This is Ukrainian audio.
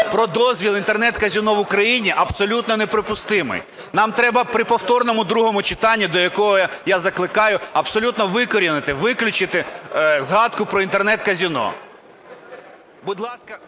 про дозвіл Інтернет-казино в Україні абсолютно неприпустима. Нам треба при повторному другому читанні, до якого я закликаю, абсолютно викорінити, виключити згадку про Інтернет-казино. ГОЛОВУЮЧИЙ.